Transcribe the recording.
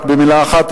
רק במלה אחת,